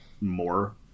more